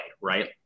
right